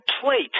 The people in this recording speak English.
plate